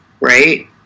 Right